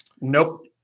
Nope